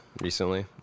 recently